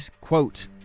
quote